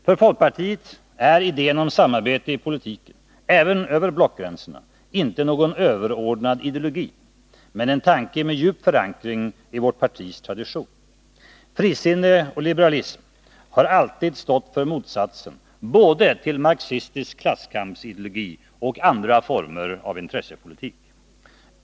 För folkpartiet är idén om samarbete i politiken — även över blockgränserna — inte någon överordnad ideologi men en tanke med djup förankring i vårt partis tradition. Frisinne och liberalism har alltid stått för motsatsen till både marxistisk klasskampsideologi och andra former av intressepolitik.